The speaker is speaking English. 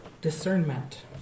discernment